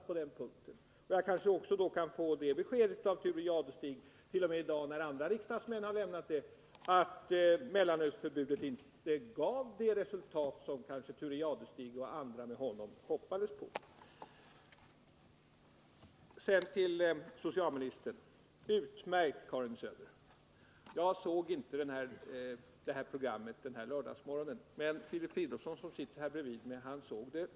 Och kanske kan jagi dag av Thure Jadestig — andra riksdagsmän har ju lämnat det t.o.m. få det beskedet att mellanölsförbudet inte gav det resultat som Thure Jadestig och andra med honom hoppades på. Utmärkt, Karin Söder! Jag såg inte detta program som Karin Söder medverkade i denna lördagsmorgon, men Filip Fridolfsson, som sitter här bredvid mig, såg det.